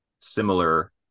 similar